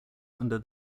under